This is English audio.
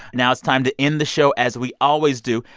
now it's time to end the show as we always do.